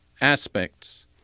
aspects